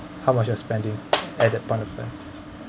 how much you're spending at that point of time